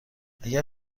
اگر